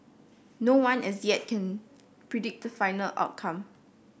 no one as yet can predict the final outcome